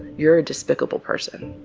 you're a despicable person,